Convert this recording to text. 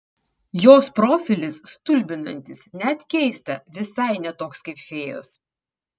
jos profilis stulbinantis net keista visai ne toks kaip fėjos